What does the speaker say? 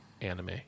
anime